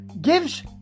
gives